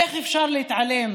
איך אפשר להתעלם